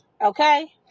okay